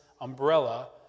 umbrella